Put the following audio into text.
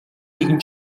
нэгэн